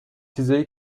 چیزایی